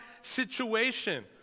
situation